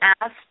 asked